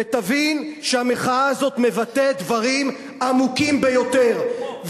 ותבין שהמחאה הזאת מבטאת דברים עמוקים ביותר.